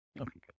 Okay